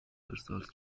ارسال